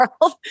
world